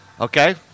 Okay